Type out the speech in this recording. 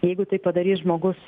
jeigu tai padarys žmogus